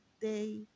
day